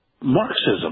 Marxism